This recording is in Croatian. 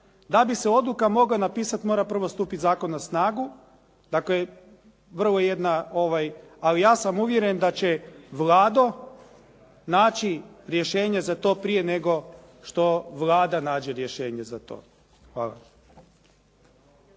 Da bi se odluka mogla napisati mora prvo stupit zakon na snagu. Dakle, vrlo jedna, ali ja sam uvjeren da će Vlado naći rješenje za to prije nego što Vlada nađe rješenje za to. Hvala.